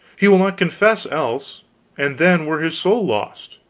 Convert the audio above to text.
he will not confess, else and then were his soul lost.